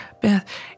Beth